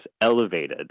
elevated